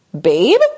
Babe